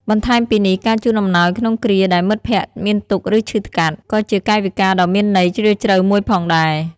បន្ថែមពីនេះ ការជូនអំណោយក្នុងគ្រាដែលមិត្តភក្តិមានទុក្ខ ឬឈឺថ្កាត់ ក៏ជាកាយវិការដ៏មានន័យជ្រាលជ្រៅមួយផងដែរ។